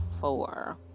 four